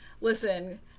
listen